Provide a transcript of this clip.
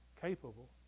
capable